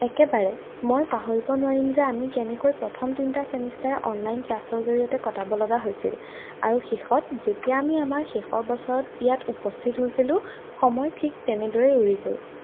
একেবাৰে মই পাহৰিব নোৱাৰিম যে আমি কেনেকৈ প্ৰথম তিনিটা ছেমিষ্টাৰ অনলাইন ক্লাছৰ জৰিয়তে কটাব লগা হৈছিল আৰু শেষত যেতিয়া আমি আমাৰ শেষৰ বছৰত ইয়াত উপস্থিত হৈছিলোঁ সময় ঠিক তেনেদৰেই উৰি গ'ল